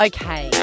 Okay